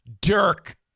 Dirk